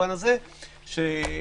קודם,